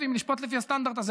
ואם נשפוט לפי הסטנדרט הזה,